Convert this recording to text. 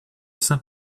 saint